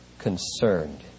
Concerned